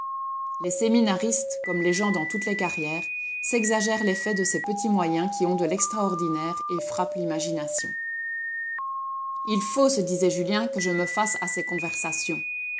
les séminaristes comme les gens dans toutes les carrières s'exagèrent l'effet de ces petits moyens qui ont de l'extraordinaire et frappent l'imagination il faut se disait julien que je me fasse à ces conversations